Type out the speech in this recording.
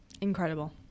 incredible